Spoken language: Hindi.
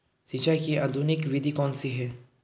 सिंचाई की आधुनिक विधि कौन सी है?